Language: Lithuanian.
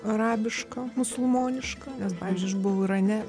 arabiška musulmoniška nes pavyzdžiui aš buvau irane